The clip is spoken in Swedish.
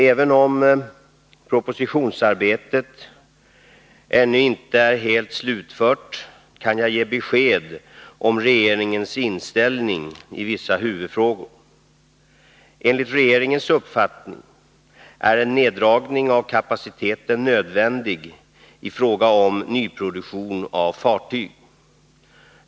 Även om propositionsarbetet ännu inte är helt slutfört kan jag ge besked om regeringens inställning i vissa huvudfrågor. Enligt regeringens uppfattning är en neddragning av kapaciteten nödvändig i fråga om nyproduktion av fartyg.